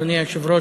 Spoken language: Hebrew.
אדוני היושב-ראש,